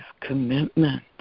commitment